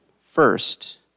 first